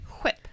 Whip